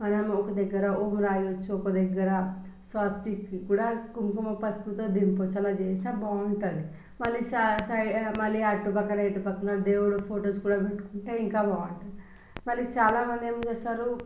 మనం ఒక దగ్గర ఓం రాయవచ్చు ఒక దగ్గర స్వస్తిక్ కూడా కుంకుమ పసుపుతో దింపవచ్చు అలా చేస్తే బాగుంటుంది మళ్ళీ సై సై మళ్ళీ అటు పక్కన ఇటు పక్కన దేవుడు ఫోటోస్ కూడా పెట్టుకుంటే ఇంకా బాగుంటుంది మళ్ళీ చాలామంది ఏం చేస్తారు